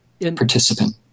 participant